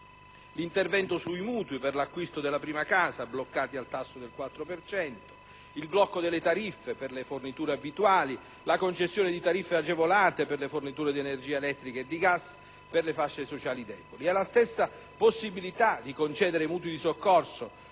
l'intervento sui mutui per l'acquisto della prima casa, bloccati ad un tasso del 4 per cento; il blocco delle tariffe per le forniture abituali; la concessione di tariffe agevolate per le forniture di energia elettrica e di gas per le fasce sociali deboli. La stessa possibilità di concedere mutui di soccorso